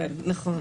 נכון,